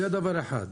זה דבר אחד.